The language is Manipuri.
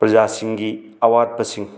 ꯄ꯭ꯔꯖꯥꯁꯤꯡꯒꯤ ꯑꯋꯥꯠꯄꯁꯤꯡ